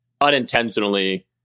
unintentionally